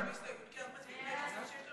כי אנחנו מצביעים נגד סעיף שיש לנו הסתייגות.